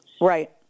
Right